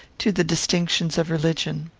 to the distinctions of religion.